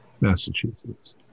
Massachusetts